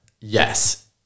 Yes